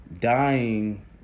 dying